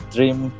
Dream